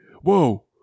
Whoa